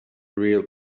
real